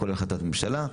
כולל החלטת ממשלה.